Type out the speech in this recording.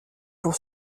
pour